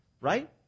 right